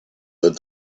the